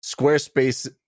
Squarespace